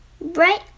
Right